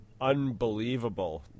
unbelievable